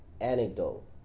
anecdote